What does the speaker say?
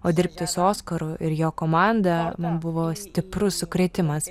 o dirbti su oskaru ir jo komanda man buvo stiprus sukrėtimas